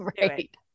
Right